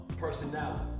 personality